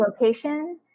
location